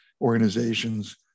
organizations